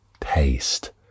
taste